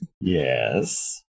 Yes